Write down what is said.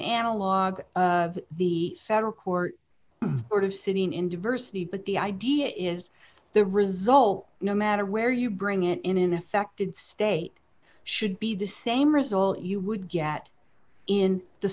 analog of the federal court order of sitting in diversity but the idea is the result no matter where you bring it in an affected state should be the same result you would get in the